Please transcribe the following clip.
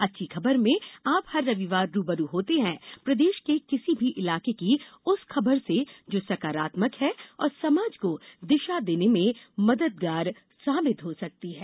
अच्छी खबर में आप हर रविवार रू ब रू होते हैं प्रदेश के किसी भी इलाके की उस खबर से जो सकारात्मक है और समाज को दिशा देने में मददगार हो सकती है